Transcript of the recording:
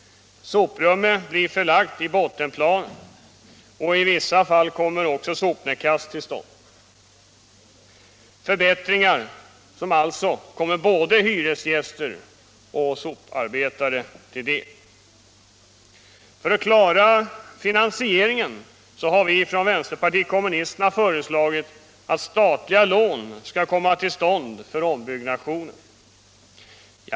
Soprummet blir förlagt till bottenplanet, och i vissa fall kommer också sopnedkast till stånd — förbättringar som kommer både hyresgäster och soparbetare till godo. För att klara finansieringen har vänsterpartiet kommunisterna föreslagit statliga lån till ombyggnationen.